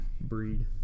Breed